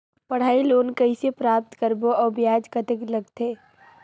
पढ़ाई लोन कइसे प्राप्त करबो अउ ब्याज कतेक लगथे?